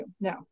No